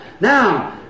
now